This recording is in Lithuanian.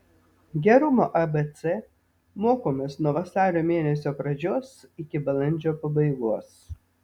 gerumo abc mokomės nuo vasario mėnesio pradžios iki balandžio pabaigos